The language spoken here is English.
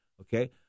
okay